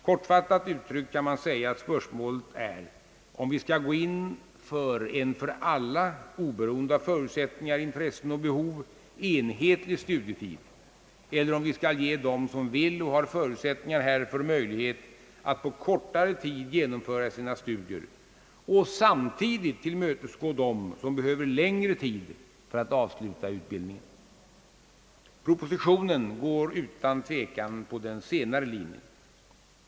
Kortfattat uttryckt kan man säga, att spörsmålet är om vi skall gå till en för alla, oberoende av förutsättningar, intressen och behov, enhetlig studietid, eller om vi skall ge dem som vill och har förutsättningar härför möjlighet att på kortare tid genomföra sina studier och samtidigt tillmötesgå dem som behöver längre tid för att avsluta utbildningen. Propositionen går utan tvekan på den senare linjen.